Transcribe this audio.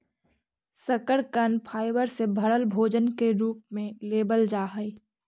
शकरकन फाइबर से भरल भोजन के रूप में लेबल जा हई